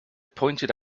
pointed